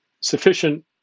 sufficient